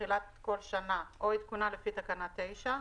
בתחילת כל שנה או עדכונה לפי תקנה 9,